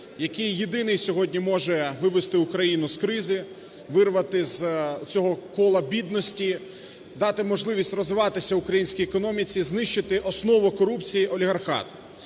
який єдиний сьогодні може вивести Україну з кризи, вирвати з цього кола бідності, дати можливість розвиватися українській економіці, знищити основу корупцію - олігархат.